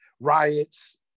riots